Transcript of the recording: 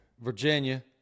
Virginia